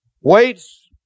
Weights